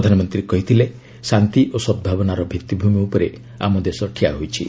ପ୍ରଧାନମନ୍ତ୍ରୀ କହିଥିଲେ ଶାନ୍ତି ଓ ସଦଭାବନାର ଭିଭିଭିମି ଉପରେ ଆମ ଦେଶ ଠିଆ ହୋଇଛି